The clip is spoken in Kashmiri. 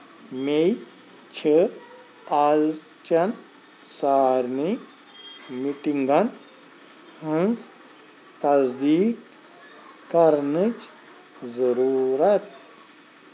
مےٚ چِھ أزچین سارنٕے میٹینگن ہٕنٛز تصدیٖق کرنٕچ ضرورت